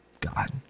God